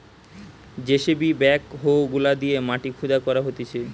JCB backhoe গুলা দিয়ে মাটি খুদা করা হতিছে